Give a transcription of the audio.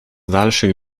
dalszych